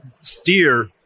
steer